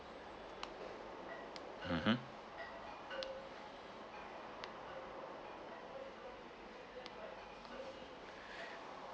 mmhmm